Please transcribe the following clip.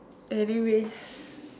anyway